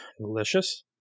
Delicious